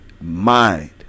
mind